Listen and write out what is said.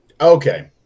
Okay